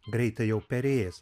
greitai jau perės